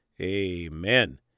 Amen